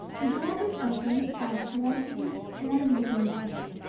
the door was opened by a swarthy foreign-looking maid,